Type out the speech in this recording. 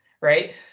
right